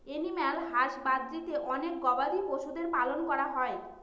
animal হাসবাদরীতে অনেক গবাদি পশুদের পালন করা হয়